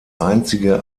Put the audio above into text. einzige